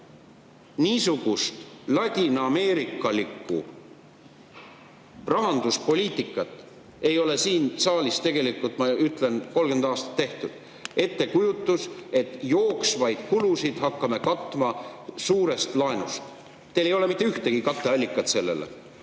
Niisugust ladinaameerikalikku rahanduspoliitikat ei ole siin saalis, ma ütlen, 30 aastat tehtud: ettekujutus, et jooksvaid kulusid hakkame katma suurest laenust! Teil ei ole mitte ühtegi katteallikat sellele.